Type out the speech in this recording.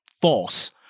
False